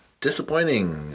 disappointing